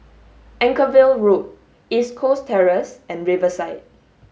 Anchorvale Road East Coast Terrace and Riverside